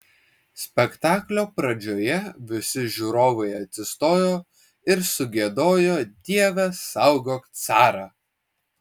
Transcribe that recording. spektaklio pradžioje visi žiūrovai atsistojo ir sugiedojo dieve saugok carą